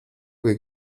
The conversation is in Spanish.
que